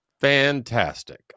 Fantastic